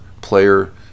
player